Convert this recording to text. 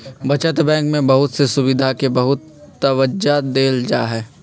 बचत बैंक में बहुत से सुविधा के बहुत तबज्जा देयल जाहई